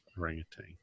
orangutan